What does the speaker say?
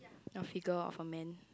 of figure of the man